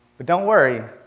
but don't worry.